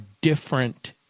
different